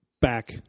back